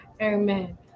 Amen